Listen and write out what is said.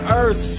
earth